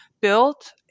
built